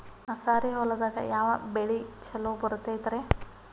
ಮಸಾರಿ ಹೊಲದಾಗ ಯಾವ ಬೆಳಿ ಛಲೋ ಬರತೈತ್ರೇ?